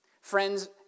Friends